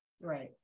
Right